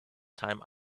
time